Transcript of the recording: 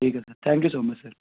ਠੀਕ ਹੈ sir thank you so much sir